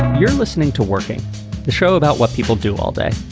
you're listening to working the show about what people do all day.